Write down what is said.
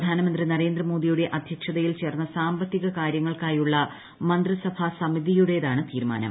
പ്രധാന മന്ത്രി നരേന്ദ്ര് മോദിയുടെ അദ്ധ്യക്ഷതയിൽ ചേർന്ന സാമ്പത്തിക കാര്യങ്ങൾക്കുള്ള് മുന്തിസഭാ സമിതിയുടേതാണ് തീരുമാനം